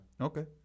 okay